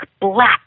black